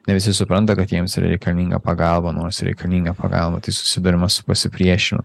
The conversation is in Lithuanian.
ne visi supranta kad jiems reikalinga pagalba nors reikalinga pagalba tai susiduriama su pasipriešinimu